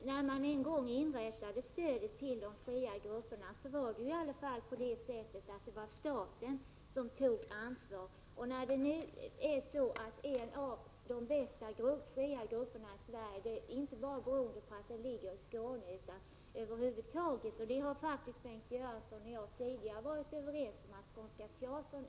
Herr talman! När man en gång inrättade stödet till de fria grupperna var det staten som tog ansvaret. När det nu gäller en av de bästa fria grupperna i Sverige skall dess verksamhet inte enbart bero på om de skånska kommunerna kan ställa upp eller ej.